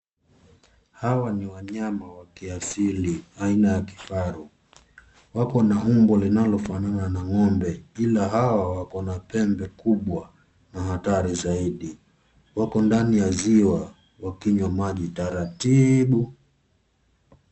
Hawa ni wanyama wa kiasili aina ya kifaru. Wako na umbo linalofanana na ng'ombe, ila hao wako na pembe kubwa na hatari zaidi. Wako ndani ya ziwa wakinywa maji taratibu.